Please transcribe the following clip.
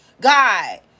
God